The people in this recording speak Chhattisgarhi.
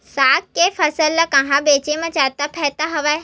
साग के फसल ल कहां बेचे म जादा फ़ायदा हवय?